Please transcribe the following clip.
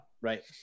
Right